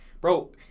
bro